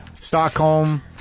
Stockholm